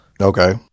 okay